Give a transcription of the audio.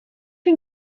ein